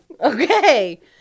Okay